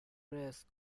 press